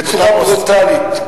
בצורה ברוטלית,